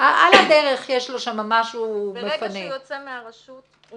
ברגע שהוא יוצא מהרשות,